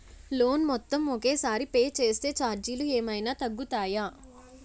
Loan మొత్తం ఒకే సారి పే చేస్తే ఛార్జీలు ఏమైనా తగ్గుతాయా?